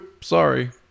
sorry